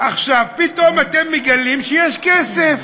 עכשיו פתאום אתם מגלים שיש כסף.